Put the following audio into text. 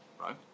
right